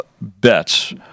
bets